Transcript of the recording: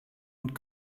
und